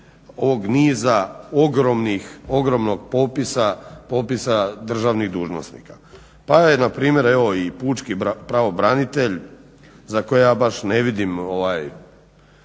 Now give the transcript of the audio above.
ovog niza, ogromnog popisa državnih dužnosnika. Pa npr. evo i pučki pravobranitelj za koje ja baš ne vidim tako